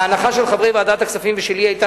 ההנחה של חברי ועדת הכספים ושלי היתה